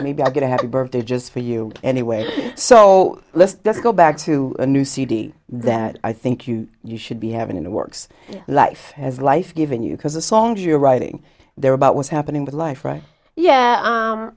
i'll get a happy birthday just for you anyway so let's just go back to a new cd that i think you you should be having in the works life has life given you because the songs you're writing there are about what's happening with life right yeah